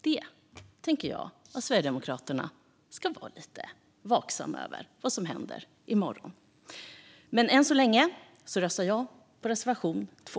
Jag tycker att Sverigedemokraterna ska vara lite vaksamma på vad som händer i morgon. Än så länge yrkar jag bifall till reservation 2.